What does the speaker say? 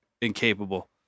incapable